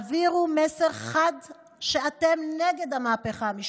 העבירו מסר חד שאתם נגד המהפכה המשפטית.